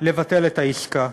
לבטל את העסקה.